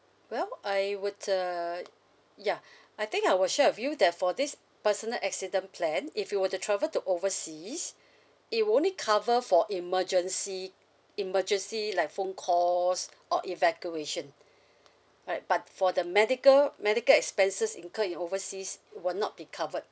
well I would uh ya I think I would share with you that for this personal accident plan if you were to travel to overseas it will only cover for emergency emergency like phone calls or evacuation right but for the medical medical expenses incurred in overseas it will not be covered